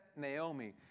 Naomi